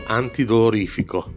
antidolorifico